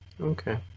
Okay